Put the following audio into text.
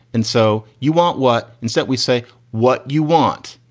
and so you want what? instead we say what you want.